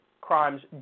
crimes